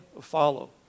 follow